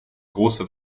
große